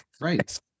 right